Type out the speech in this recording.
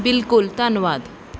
ਬਿਲਕੁਲ ਧੰਨਵਾਦ